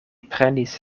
prenis